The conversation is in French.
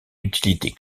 utilité